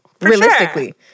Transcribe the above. Realistically